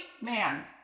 man